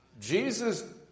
Jesus